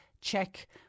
Check